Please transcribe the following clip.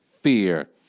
fear